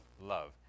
love